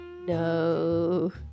No